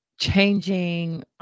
changing